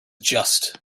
just